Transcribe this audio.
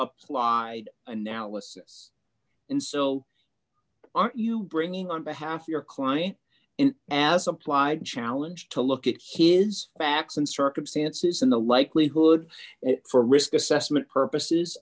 applied analysis and so are you bringing on behalf of your client in as applied challenge to look at his facts and circumstances and the likelihood for risk assessment purposes